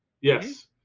yes